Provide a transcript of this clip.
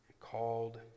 called